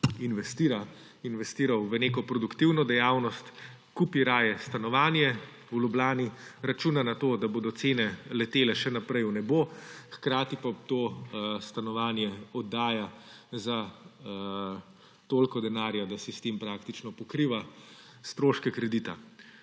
investiral v neko produktivno dejavnost, kupi raje stanovanje v Ljubljani, računa na to, da bodo cene letele še naprej v nebo, hkrati pa to stanovanje oddaja za toliko denarja, da si s tem praktično pokriva stroške kredita.